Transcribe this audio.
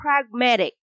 pragmatic